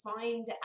find